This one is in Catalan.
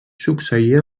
succeïa